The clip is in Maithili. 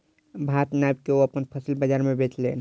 भार नाइप के ओ अपन फसिल बजार में बेचलैन